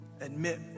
admit